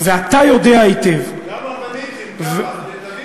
ואתה יודע היטב, כמה בניתם, כמה?